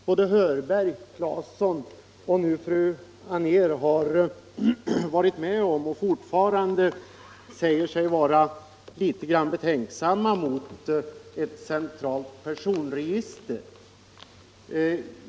Både herr Hörberg och herr Claesson och nu är det fru Anér säger sig fortfarande vara litet betänksamma mot ett centralt personregister.